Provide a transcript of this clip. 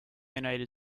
united